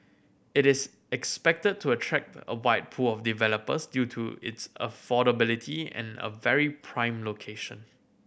it is expected to attract a wide pool of developers due to its affordability and a very prime location